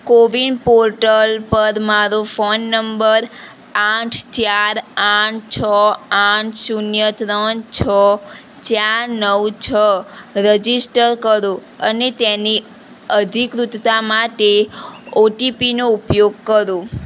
CoWIN portal પર મારો phone number આઠ ચાર આઠ છ આઠ શૂન્ય ત્રણ છ ચાર નવ છ રજિસ્ટર કરો અને તેની અધિકૃતતા માટે ઓટીપીનો ઉપયોગ કરો